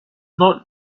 north